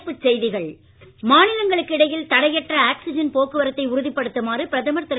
தலைப்புச் செய்திகள் மாநிலங்களுக்கு இடையில் தடையற்ற ஆக்ஸிஜன் போக்குவரத்தை உறுதிப்படுத்துமாறு பிரதமர் திரு